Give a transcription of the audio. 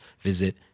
visit